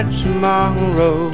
tomorrow